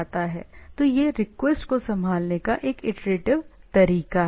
तो यह रिक्वेस्ट को संभालने का एक इटरेटिव तरीका है